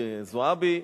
זועבי,